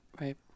Right